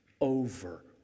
over